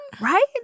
right